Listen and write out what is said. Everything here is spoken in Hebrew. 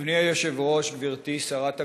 אדוני היושב-ראש, גברתי שרת הקליטה,